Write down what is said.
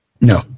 No